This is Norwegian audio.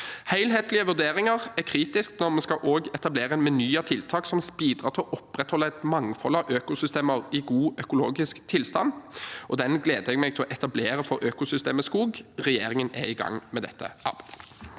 Helhetlige vurderinger er kritiske når vi skal etablere en meny av tiltak som bidrar til å opprettholde et mangfold av økosystemer i god økologisk tilstand, og den menyen gleder jeg meg til å etablere for økosystemet skog. Regjeringen er i gang med dette